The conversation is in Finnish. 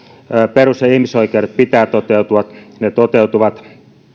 perus ja ihmisoikeuksien pitää toteutua ne toteutuvat